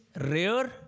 rare